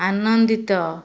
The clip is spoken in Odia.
ଆନନ୍ଦିତ